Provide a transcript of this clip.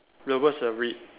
the words are red